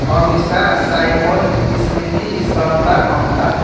Amisha Simond Smriti Shanta Mamata